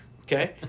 okay